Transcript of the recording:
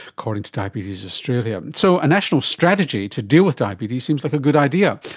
according to diabetes australia. so a national strategy to deal with diabetes seems like a good idea,